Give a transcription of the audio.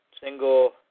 single